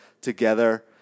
together